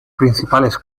principales